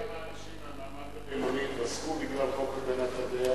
אתה יודע כמה אנשים מהמעמד הבינוני התרסקו בגלל חוק הגנת הדייר,